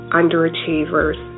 underachievers